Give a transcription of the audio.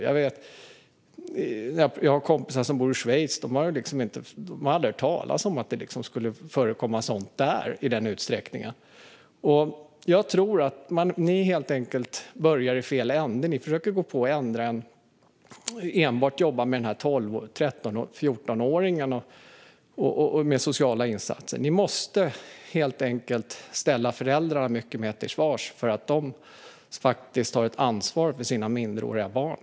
Jag har kompisar som bor i Schweiz, och de har aldrig hört talas om att det skulle förekomma sådant där i den utsträckningen. Ni börjar helt enkelt i fel ände. Ni föreslår sociala insatser enbart för 12-14-åringarna. I stället måste föräldrarna helt enkelt ställas till svars och ta ansvar för sina minderåriga barn.